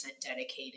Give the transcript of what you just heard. dedicated